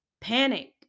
panic